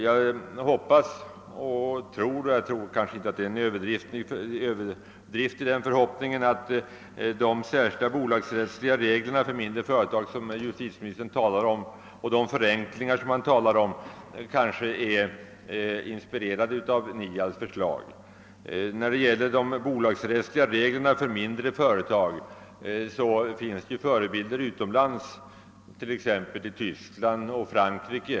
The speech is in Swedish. Jag tar kanske inte alldeles miste, om jag tror att de särskilda bolagsrättsliga regler för mindre företag och de förenklingar som justitieministern talar om är inspirerade av Nials förslag. Vad beträffar de bolagsrättsliga reglerna för mindre företag finns det förebilder utomlands, t.ex. i Tyskland och Frankrike.